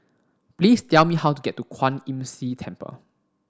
please tell me how to get to Kwan Imm See Temple